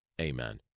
amen